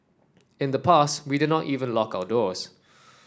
in the past we did not even lock our doors